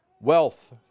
wealth